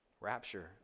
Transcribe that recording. rapture